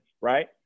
right